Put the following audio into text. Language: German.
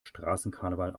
straßenkarneval